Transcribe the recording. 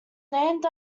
named